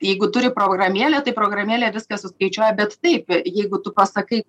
jeigu turi programėlę tai programėlė viską suskaičiuoja bet taip jeigu tu pasakai